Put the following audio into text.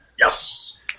Yes